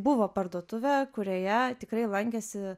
buvo parduotuvė kurioje tikrai lankėsi